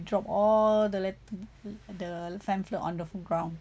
drop all the let~ the pamphlet on the ground